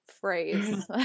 phrase